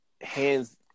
hands